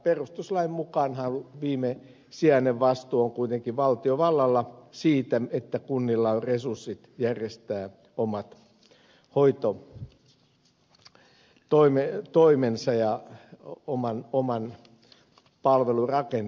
perustuslain mukaanhan viimesijainen vastuu on kuitenkin valtiovallalla siitä että kunnilla on resurssit järjestää omat hoitotoimensa ja oman palvelurakenteensa